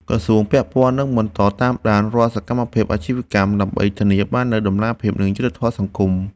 ក្រសួងពាក់ព័ន្ធនឹងបន្តតាមដានរាល់សកម្មភាពអាជីវកម្ម ដើម្បីធានាបាននូវតម្លាភាព និងយុត្តិធម៌សង្គម។